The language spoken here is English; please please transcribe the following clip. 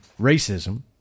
racism